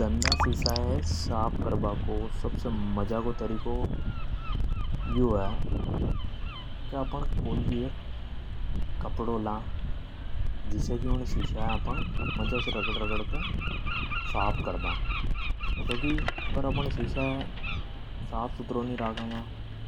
गंदा शीशा है साफ करबा कानने अपण है कोई भी एक कपडो लेनी छा। जिसे की ऊँणी शीशा है अपण रगड़ रगड़ के साफ कर सका। अगर अपण शीशा ये साफ सुथरो णी राकंगा